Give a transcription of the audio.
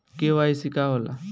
KYC का होला?